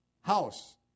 house